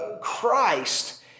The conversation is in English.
Christ